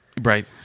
Right